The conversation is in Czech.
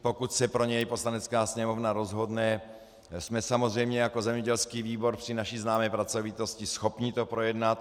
Pokud se k němu Poslanecká sněmovna rozhodne, jsme samozřejmě jako zemědělský výbor při naší známé pracovitosti schopni to projednat.